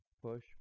Push